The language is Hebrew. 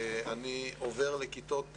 תלמידי כיתות ז'